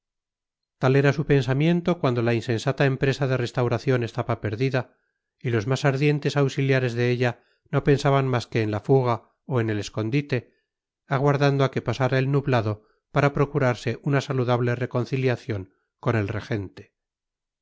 tal era su pensamiento cuando la insensata empresa de restauración estaba perdida y los más ardientes auxiliares de ella no pensaban más que en la fuga o en el escondite aguardando a que pasara el nublado para procurarse una saludable reconciliación con el regente